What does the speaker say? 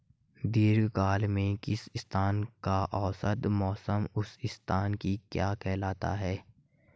दीर्घकाल में किसी स्थान का औसत मौसम उस स्थान की क्या कहलाता है?